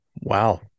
Wow